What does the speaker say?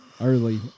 early